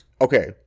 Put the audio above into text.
okay